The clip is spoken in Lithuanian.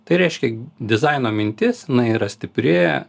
tai reiškia dizaino mintis jinai yra stipri